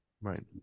Right